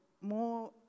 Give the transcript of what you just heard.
more